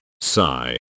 Sigh